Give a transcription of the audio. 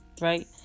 right